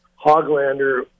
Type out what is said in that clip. Hoglander